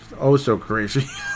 oh-so-crazy